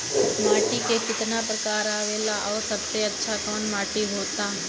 माटी के कितना प्रकार आवेला और सबसे अच्छा कवन माटी होता?